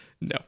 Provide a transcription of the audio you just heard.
No